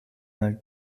een